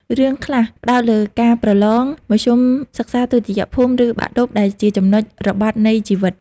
រឿងខ្លះផ្តោតលើការប្រឡង មធ្យមសិក្សាទុតិយភូមិ ឬបាក់ឌុប ដែលជាចំណុចរបត់នៃជីវិត។